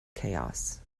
chaos